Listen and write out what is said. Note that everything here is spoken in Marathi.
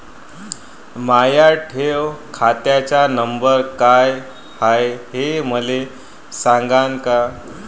माया ठेव खात्याचा नंबर काय हाय हे मले सांगान का?